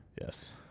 Yes